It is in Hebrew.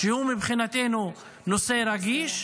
שהוא מבחינתנו נושא רגיש,